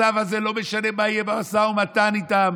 הצו הזה, לא משנה מה יהיה במשא ומתן איתם,